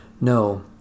No